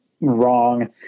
wrong